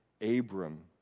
Abram